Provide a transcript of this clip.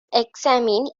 examine